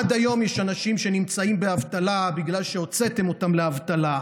עד היום יש אנשים שנמצאים באבטלה בגלל שהוצאתם אותם לאבטלה,